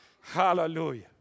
hallelujah